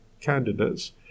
candidates